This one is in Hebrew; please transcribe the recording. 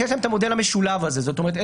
-- זאת אומרת,